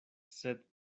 sed